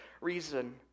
reason